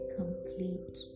complete